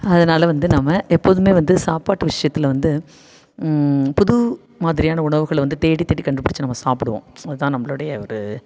அதனால வந்து நம்ம எப்போதுமே வந்து சாப்பாட்டு விஷயத்தில் வந்து புது மாதிரியான உணவுகளை வந்து தேடி தேடி கண்டுபிடித்து நம்ம சாப்பிடுவோம் அதுதான் நம்மளுடைய ஒரு